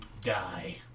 Die